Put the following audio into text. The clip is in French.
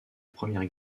première